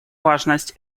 важность